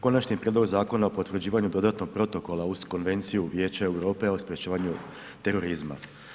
Konačni prijedlog Zakona o potvrđivanju Dodatnog protokola uz Konvenciju Vijeća Europe o sprječavanju terorizma.